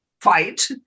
fight